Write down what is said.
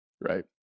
Right